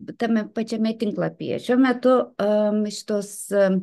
tame pačiame tinklapyje šiuo metu šitos